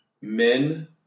men